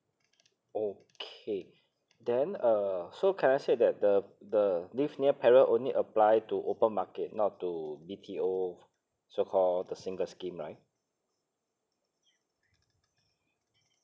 okay then uh so can I said that the the live near parent only apply to open market not to B_T_O so call the single scheme right